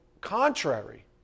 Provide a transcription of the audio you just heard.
contrary